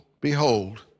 Behold